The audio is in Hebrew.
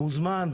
מוזמן.